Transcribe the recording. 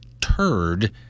turd